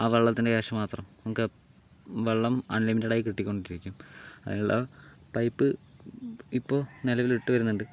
ആ വെള്ളത്തിൻ്റെ ക്യാഷ് മാത്രം നമുക്ക് വെള്ളം അൺലിമിറ്റഡായി കിട്ടിക്കൊണ്ടിരിക്കും അയിനുള്ള പൈപ്പ് ഇപ്പോൾ നിലവില് ഇട്ടു വരുന്നുണ്ട്